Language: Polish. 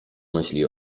myśli